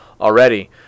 already